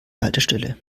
haltestelle